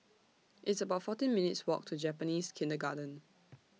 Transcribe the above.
It's about fourteen minutes' Walk to Japanese Kindergarten